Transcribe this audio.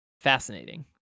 fascinating